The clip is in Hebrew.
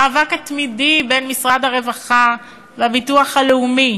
המאבק התמידי בין משרד הרווחה לביטוח הלאומי,